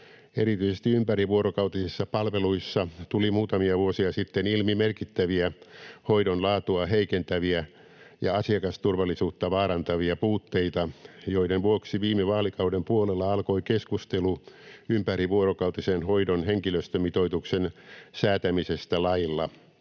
Erityisesti ympärivuorokautisissa palveluissa tuli muutamia vuosia sitten ilmi merkittäviä hoidon laatua heikentäviä ja asiakasturvallisuutta vaarantavia puutteita, joiden vuoksi viime vaalikauden puolella alkoi keskustelu ympärivuorokautisen hoidon henkilöstömitoituksen säätämisestä lailla.